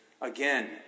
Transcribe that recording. Again